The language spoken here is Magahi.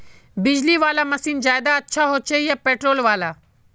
बिजली वाला मशीन ज्यादा अच्छा होचे या पेट्रोल वाला?